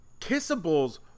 kissables